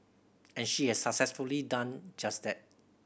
and she has successfully done just that